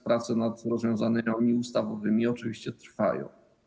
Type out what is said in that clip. Prace nad rozwiązaniami ustawowymi oczywiście trwają.